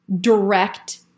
direct